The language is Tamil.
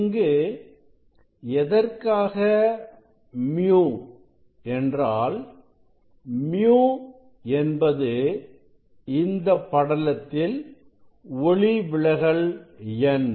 இங்கு எதற்காக µ என்றால் µ என்பது இந்த படலத்தில் ஒளி விலகல் எண்